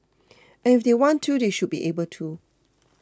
and if want to they should be able to